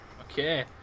Okay